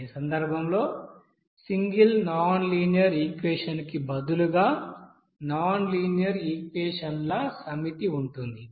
ఈ సందర్భంలో single non linear equation కి బదులుగా నాన్ లీనియర్ ఈక్వెషన్ ల సమితి ఉంటుంది